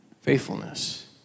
faithfulness